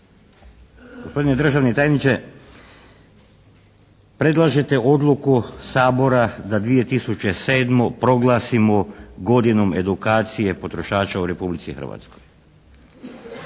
Gospodine državni tajniče, predlažete da odluku Sabora za 2007. proglasimo godinom edukacije potrošača u Republici Hrvatskoj.